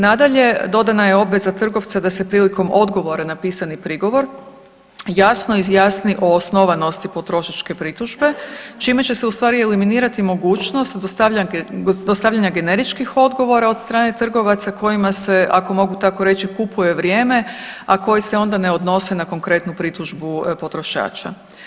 Nadalje dodana je obveza trgovca da se prilikom odgovora na pisani prigovor jasno izjasni o osnovanosti potrošačke pritužbe čime će se u stvari eliminirati mogućnost dostavljanja generičkih odgovora od strane trgovaca sa kojima se ako tako mogu reći kupuje vrijeme, a koji se onda ne odnose na konkretnu pritužbu potrošača.